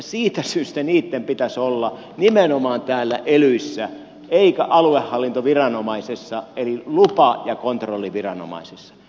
siitä syystä niitten pitäisi olla nimenomaan täällä elyissä eikä aluehallintoviranomaisessa eli lupa ja kontrolliviranomaisessa